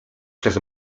przez